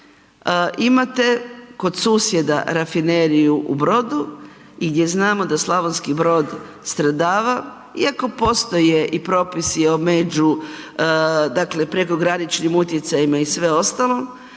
imate kod susjeda rafineriju u Brodu i gdje znamo da Slavonski Brod stradava iako postoje i propisi o među, dakle prekograničnim utjecajima i sve ostalo,